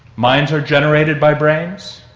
minds are generated by brains,